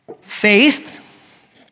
Faith